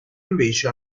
invece